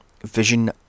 vision